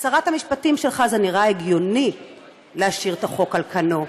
לשרת המשפטים שלך זה נראה הגיוני להשאיר את החוק על כנו,